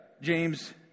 James